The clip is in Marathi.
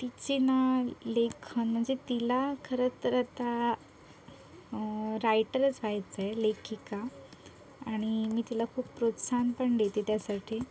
तिचे ना लेखन म्हणजे तिला खरं तर आता रायटरच व्हायचं आहे लेखिका आणि मी तिला खूप प्रोत्साहन पण देते त्यासाठी